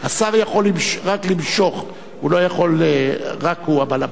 השר יכול רק למשוך, הוא לא יכול, רק הוא בעל-הבית.